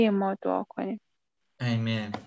Amen